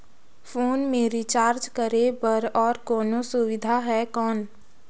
Phone मे recharge करे बर और कोनो सुविधा है कौन?